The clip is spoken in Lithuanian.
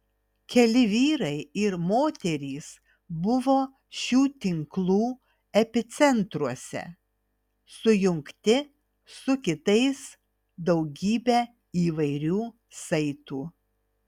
keli vyrai ir moterys buvo šių tinklų epicentruose sujungti su kitais daugybe įvairių saitų